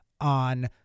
on